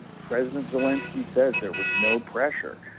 president zelensky says there was no pressure.